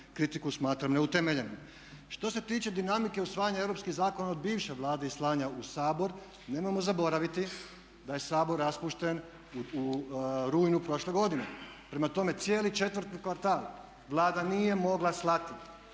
kritiku smatram neutemeljenom. Što se tiče dinamike usvajanja zakona od bivše Vlade i slanja u Sabor nemojmo zaboraviti da je Sabor raspušten u rujnu prošle godine. Prema tome, cijeli četvrti kvartal Vlada nije mogla slati